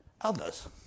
others